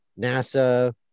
NASA